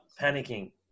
panicking